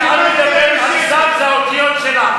כשאת מדברת על זה, זה האותיות שלה.